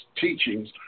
teachings